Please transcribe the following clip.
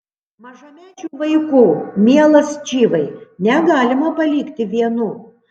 mažamečių vaikų mielas čyvai negalima palikti vienų